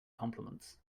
compliments